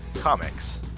Comics